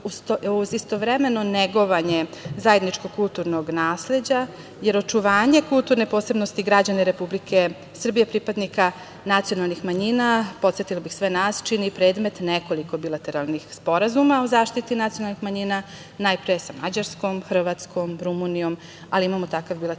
uz istovremeno negovanje zajedničkog kulturnog nasleđa, jer očuvanje kulturne posebnosti građana Republike Srbije, pripadnika nacionalnih manjina, podsetila bih sve nas, čini i predmet nekoliko bilateralnih sporazuma o zaštiti nacionalnih manjina najpre sa Mađarskom, Hrvatskom, Rumunijom, ali imamo takav bilateralni sporazum